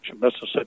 Mississippi